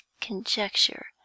conjecture